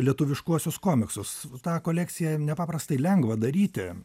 lietuviškuosius komiksus tą kolekciją nepaprastai lengva daryti